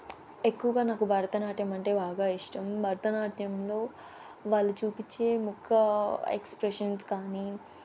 ఎక్కువగా నాకు భరత నాట్యం అంటే బాగా ఇష్టం భరత నాట్యంలో వాళ్ళు చూపించే ముఖ ఎక్స్ప్రెషన్స్ కానీ